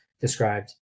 described